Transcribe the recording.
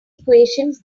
equations